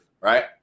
right